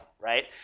right